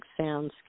soundscape